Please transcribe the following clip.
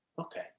okay